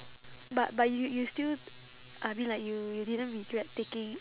but but you you still I mean like you you didn't regret taking